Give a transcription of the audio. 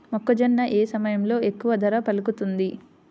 మొక్కజొన్న ఏ సమయంలో ఎక్కువ ధర పలుకుతుంది?